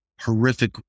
horrific